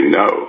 no